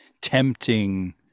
tempting